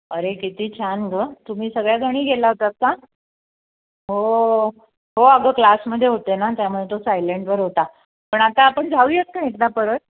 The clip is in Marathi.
अरे किती छान गं तुम्ही सगळ्याजणी गेला होतात का हो हो अगं क्लासमध्ये होते ना त्यामुळे तो सायलेंटवर होता पण आता आपण जाऊयात का एकदा परत